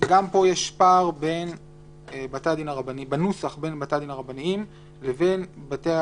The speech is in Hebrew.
גם פה יש פער בנוסח בין בתי הדין הרבניים לבין המשפט,